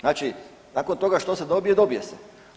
Znači nakon toga što se dobije, dobije se.